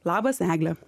labas egle